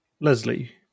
Leslie